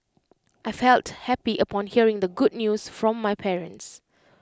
I felt happy upon hearing the good news from my parents